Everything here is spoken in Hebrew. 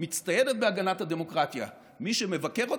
מצטיינת בהגנת הדמוקרטיה: מי שמבקר אותה,